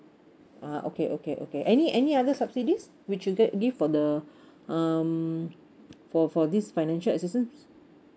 uh okay okay okay any any other subsidies which you give for the um for for this financial assistance